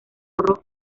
zorro